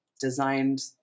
designed